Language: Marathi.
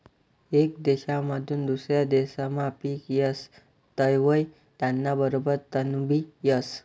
येक देसमाधून दुसरा देसमा पिक येस तवंय त्याना बरोबर तणबी येस